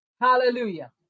Hallelujah